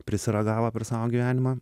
prisiragavo per savo gyvenimą